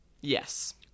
Yes